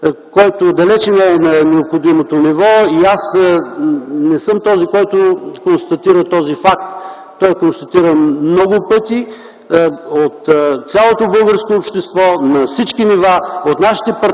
който далеч не е на необходимото ниво. Аз не съм този, който констатира този факт. Той се констатира много пъти от цялото българско общество, на всички нива, от нашите партньори